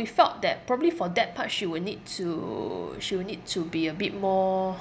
we felt that probably for that part she will need to she will need to be a bit more